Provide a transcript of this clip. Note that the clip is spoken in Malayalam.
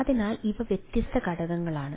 അതിനാൽ ഇവ വ്യത്യസ്ത ഘടനകളാണ്